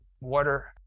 water